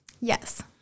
Yes